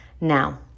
Now